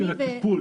דיברתי על הטיפול,